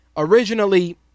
Originally